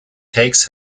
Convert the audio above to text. takes